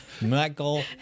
Michael